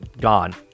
Gone